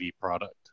product